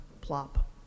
plop